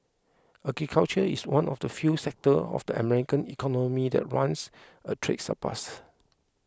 agriculture is one of the few sectors of the American economy that runs a trade surplus